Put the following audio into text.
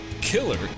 killer